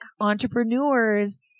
entrepreneurs